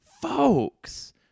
folks